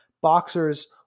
boxers